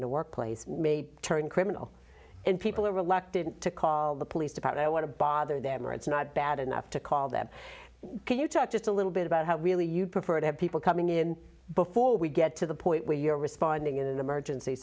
in the workplace may turn criminal and people are reluctant to call the police department i want to bother them or it's not bad enough to call that can you talk just a little bit about how really you'd prefer to have people coming in before we get to the point where you're responding in an emergency